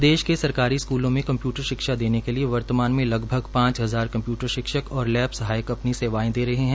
प्रदेश के सरकारी स्कूलों में कस्प्यूटर शिक्षा देने के लिए वर्तमान में लगभग पांच हजार कम्प्यूटर शिक्षक और लैब सहायक अपनी सेवा दे रहे है